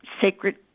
sacred